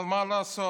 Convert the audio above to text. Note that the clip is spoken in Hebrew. אבל מה לעשות,